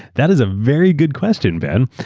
that is a very good question, ben.